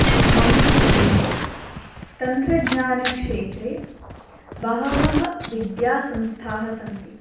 मम प्रदेशे तन्त्रज्ञानक्षेत्रे बहवः विद्यासंस्थाः सन्ति